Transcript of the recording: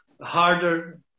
harder